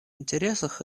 интересах